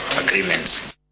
agreements